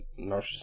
narcissism